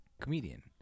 Comedian